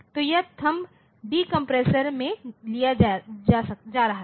तो यह thumb decompressor में लिए जा रहा है